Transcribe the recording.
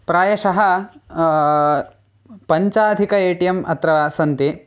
प्रायशः पञ्चाधिकानि ATM अत्र सन्ति